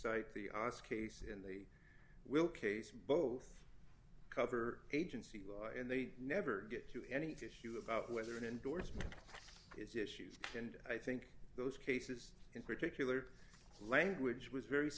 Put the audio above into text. cite the os case and they will case both cover agency and they never get to any to issue about whether an endorsement is issues and i think those cases in particular language was very